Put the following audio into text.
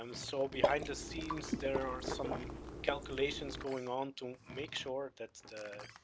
um so behind the scenes there are some calculations going on to make sure that the,